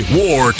war